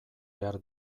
behar